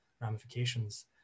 ramifications